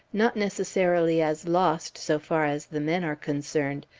not necessarily as lost so far as the men are concerned,